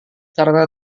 karena